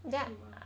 true ah